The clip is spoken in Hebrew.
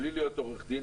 בלי להיות עו"ד,